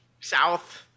South